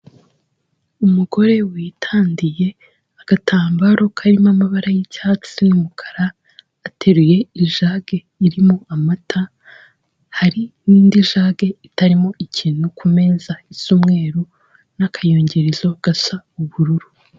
Umugore witandiye agatambaro karimo amabara y'icyatsi n'umukara, ateruye ijage irimo amata, hari n'indi jage itarimo ikintu ku meza, isa umweru n'akayungirizo gasa ubururu.